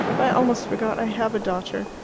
i almost forgot i have a daughter.